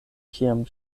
kiam